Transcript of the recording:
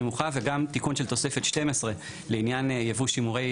וגם תיקון של תוספת 12 לעניין ייבוא שימורי